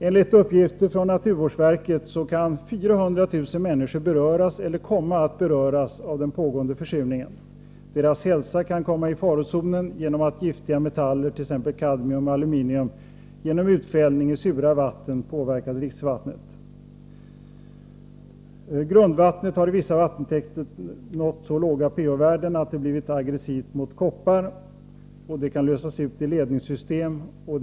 Enligt uppgifter från naturvårdsverket kan 400 000 människor beröras, eller komma att beröras, av den pågående försurningen. Deras hälsa kan komma i farozonen genom att giftiga metaller, t.ex. kadmium och aluminium, genom utfällning i sura vatten påverkar dricksvattnet. Grundvattnet har i vissa vattentäkter nått så låga pH-värden att det blivit aggressivt mot koppar, som kan lösas ut i ledningssystemet.